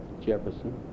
Jefferson